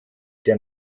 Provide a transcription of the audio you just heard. der